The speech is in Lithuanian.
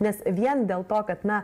nes vien dėl to kad na